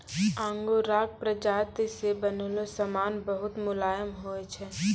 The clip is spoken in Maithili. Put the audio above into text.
आंगोराक प्राजाती से बनलो समान बहुत मुलायम होय छै